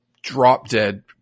drop-dead